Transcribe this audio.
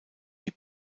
die